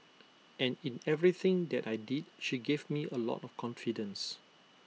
and in everything that I did she gave me A lot of confidence